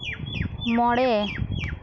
ᱢᱚᱬᱮ